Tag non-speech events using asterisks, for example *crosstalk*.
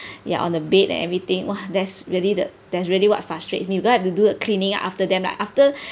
ya on the bed and everything !wah! that's really the that's really what frustrates me you gonna have to do a cleaning up after them like after *breath*